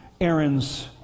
Aaron's